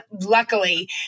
luckily